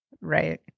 Right